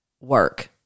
work